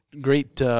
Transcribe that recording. great